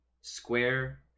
Square